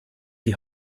die